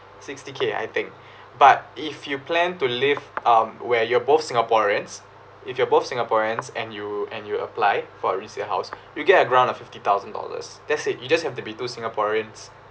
sixty K I think but if you plan to live um where you're both singaporeans if you are both singaporeans and you and you apply for a resale house you get a grant of fifty thousand dollars that's it you just have to be two singaporeans